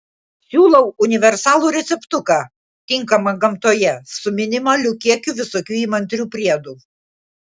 siūlau universalų receptuką tinkamą gamtoje su minimaliu kiekiu visokių įmantrių priedų